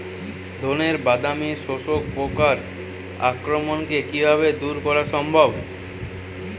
ধানের বাদামি শোষক পোকার আক্রমণকে কিভাবে দূরে করা সম্ভব?